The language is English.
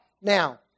Now